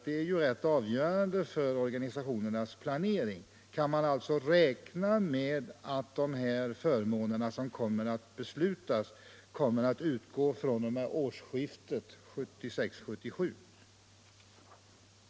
Det är rätt avgörande för organisationernas planering att få veta det. Kan man räkna med att de förmåner som beslutas kommer att utgå fr.o.m. årsskiftet 1975-1977?